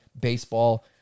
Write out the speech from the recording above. baseball